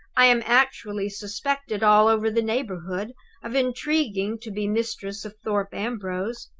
i am actually suspected all over the neighborhood of intriguing to be mistress of thorpe ambrose.